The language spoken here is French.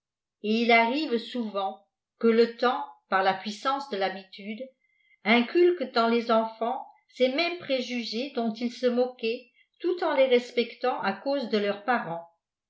et h imvé souvent que le temps par la puissance de l'habitude inculque dans les enfants ces mêmes préjugés dont ils se moquaient tout en les respectant à cause de leurs parents